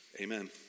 Amen